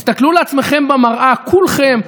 תסתכלו על עצמכם במראה, כולכם,